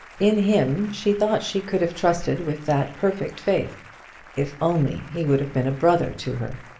in him she thought she could have trusted with that perfect faith if only he would have been a brother to her.